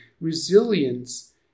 Resilience